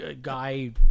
guy